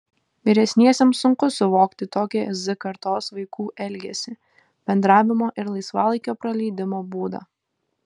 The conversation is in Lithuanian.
vyresniesiems sunku suvokti tokį z kartos vaikų elgesį bendravimo ir laisvalaikio praleidimo būdą